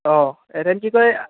অঁ এৰে কি কয়